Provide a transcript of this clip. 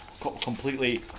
completely